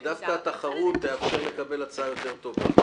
כי דווקא התחרות תאפשר לקבל הצעה יותר טובה.